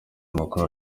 mukuru